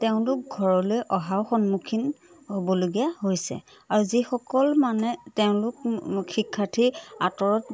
তেওঁলোক ঘৰলৈ অহাও সন্মুখীন হ'বলগীয়া হৈছে আৰু যিসকল মানে তেওঁলোক শিক্ষাৰ্থী আঁতৰত